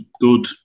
Good